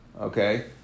okay